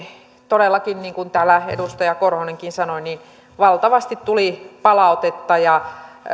todellakin niin kuin täällä edustaja korhonenkin sanoi valtavasti tuli palautetta